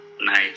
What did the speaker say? nice